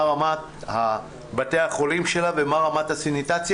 רמת בתי החולים שלה ומה רמת הסניטציה.